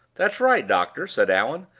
that's right, doctor! said allan.